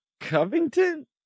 Covington